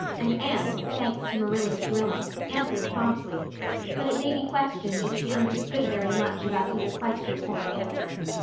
and anne, thanks to marilla's drilling, answered promptly but it may be questioned if she understood very much about either question or answer.